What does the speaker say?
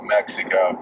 Mexico